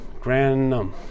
granum